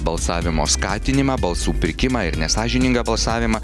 balsavimo skatinimą balsų pirkimą ir nesąžiningą balsavimą